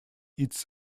its